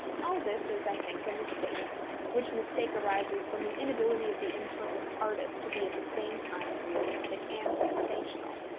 all this is, i think, a mistake which mistake arises from the inability of the imperfect artist to be at the same time realistic and sensational.